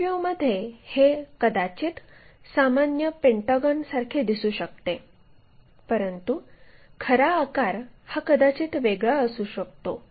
front व्ह्यूमध्ये हे कदाचित सामान्य पेंटागॉनसारखे दिसू शकते परंतु खरा आकार हा कदाचित वेगळा असू शकतो